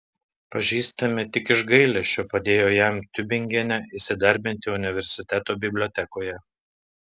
pažįstami tik iš gailesčio padėjo jam tiubingene įsidarbinti universiteto bibliotekoje